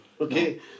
Okay